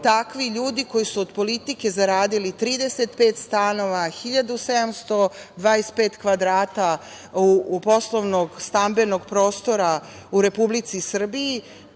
takvi ljudi koji su od politike zaradili 35 stanova, 1.725 kvadrata poslovnog, stambenog prostora u Republici Srbiji. Ja